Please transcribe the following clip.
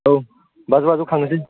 औ बाजौ बाजौ खांनोसै